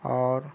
اور